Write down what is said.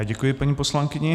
Děkuji paní poslankyni.